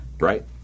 Right